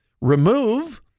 remove